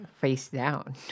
Face-down